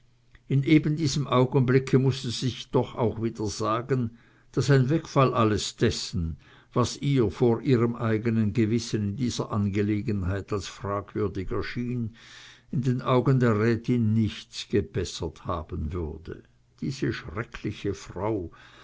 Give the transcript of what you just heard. in eben diesem augenblicke mußte sie sich doch auch wieder sagen daß ein wegfall alles dessen was ihr vor ihrem eigenen gewissen in dieser angelegenheit als fragwürdig erschien in den augen der rätin nichts gebessert haben würde diese schreckliche frau